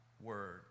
word